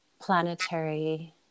planetary